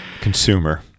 consumer